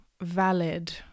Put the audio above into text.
valid